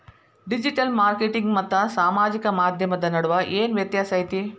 digital marketing ಮತ್ತ ಸಾಮಾಜಿಕ ಮಾಧ್ಯಮದ ನಡುವ ಏನ್ ವ್ಯತ್ಯಾಸ ಐತಿ